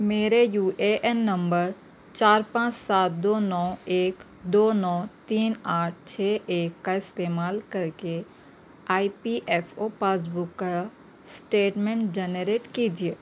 میرے U A N نمبر چار پانچ سات دو نو ایک دو نو تین آٹھ چھ ایک کا استعمال کر کے E P F O passbook کا سٹیٹمنٹ جنریٹ کیجیے